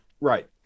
right